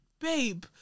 babe